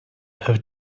have